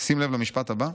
שים לב למשפט הבא,